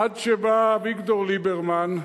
עד שבא אביגדור ליברמן,